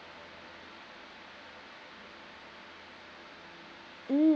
mm~